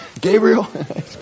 Gabriel